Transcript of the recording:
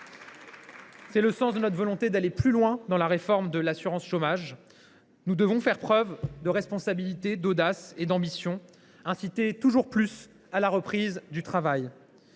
C’est notre volonté d’aller plus loin dans la réforme de l’assurance chômage. Nous devons faire preuve de responsabilité, d’audace et d’ambition, nous devons inciter toujours plus à la reprise du travail.